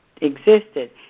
existed